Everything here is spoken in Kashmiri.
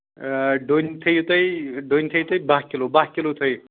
ڈوٗنۍ تھٲیِو تُہۍ ڈوٗنۍ تھٲیِو تُہۍ بَہہ کِلوٗ بَہہ کِلوٗ تھٲیِو